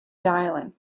dialing